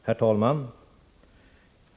Herr talman!